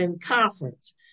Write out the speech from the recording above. conference